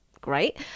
great